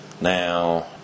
Now